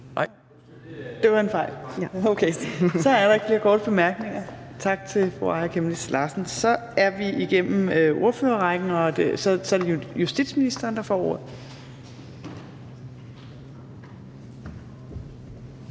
Nej, det var en fejl. Så er der ikke flere korte bemærkninger. Tak til fru Aaja Chemnitz Larsen. Så er vi igennem ordførerrækken, og så er det justitsministeren, der får ordet.